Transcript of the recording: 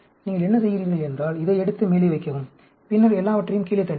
நீங்கள் என்ன செய்கிறீர்கள் என்றால் இதை எடுத்து மேலே வைக்கவும் பின்னர் எல்லாவற்றையும் கீழே தள்ளுங்கள்